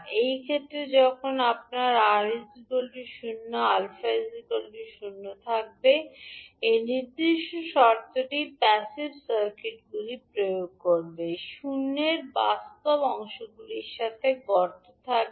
এই ক্ষেত্রে যখন আপনার 𝑅 0 𝛼 0 থাকবে এই নির্দিষ্ট শর্তটি প্যাসিভ সার্কিটগুলির প্রয়োগ করবে শূন্যের বাস্তব অংশগুলির সাথে গর্ত থাকবে